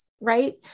Right